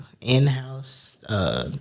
in-house